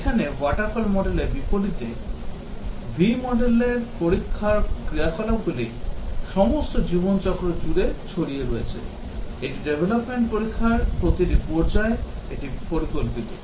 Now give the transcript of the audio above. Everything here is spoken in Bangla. এখানে waterfall model র বিপরীতে V model র পরীক্ষার ক্রিয়াকলাপগুলি সমস্ত জীবন চক্র জুড়ে ছড়িয়ে রয়েছে এটি development পরীক্ষার প্রতিটি পর্যায়ে এটি পরিকল্পিত